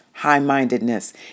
high-mindedness